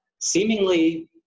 seemingly